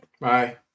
Bye